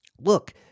look